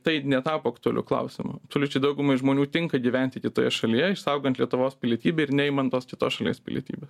tai netapo aktualiu klausimu absoliučiai daugumai žmonių tinka gyventi kitoje šalyje išsaugant lietuvos pilietybę ir neimant tos kitos šalies pilietybės